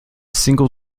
single